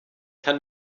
kann